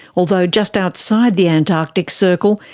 although just outside the antarctic circle,